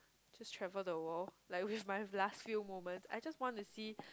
just travel the world like with my last few moments I just wanna see